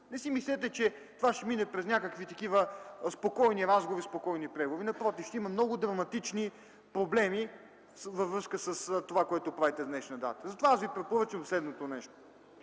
Не си мислете, че това ще мине през някакви спокойни разговори, спокойни преговори. Напротив, ще има много драматични проблеми във връзка с това, което правите с днешна дата. Затова аз ви препоръчвам следното нещо: